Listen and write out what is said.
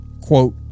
quote